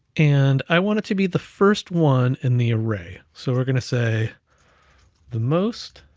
and i want it to be the first one in the array. so we're gonna say the most